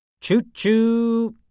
Choo-choo